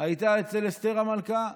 הייתה אצל אסתר המלכה.